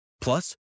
Plus